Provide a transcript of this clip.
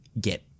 get